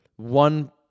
One